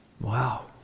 Wow